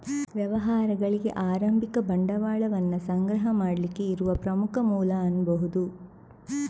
ವ್ಯವಹಾರಗಳಿಗೆ ಆರಂಭಿಕ ಬಂಡವಾಳವನ್ನ ಸಂಗ್ರಹ ಮಾಡ್ಲಿಕ್ಕೆ ಇರುವ ಪ್ರಮುಖ ಮೂಲ ಅನ್ಬಹುದು